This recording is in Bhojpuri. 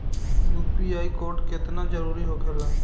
यू.पी.आई कोड केतना जरुरी होखेला?